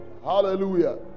hallelujah